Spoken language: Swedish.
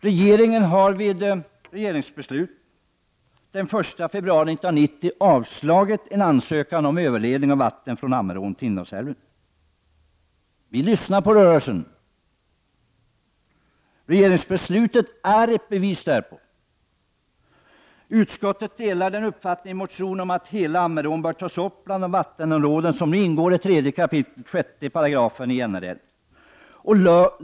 Regeringen har genom beslut den 1 februari 1990 avslagit en ansökan om överledning av vatten från Ammerån till Indalsälven. Vi lyssnar på rörelsen, och regeringsbeslutet är ett belägg för detta. Utskottet delar uppfattningen i motionerna att hela Ammerån bör tas upp bland de vattenområden som ingår i 3 kap. 6§ NRL.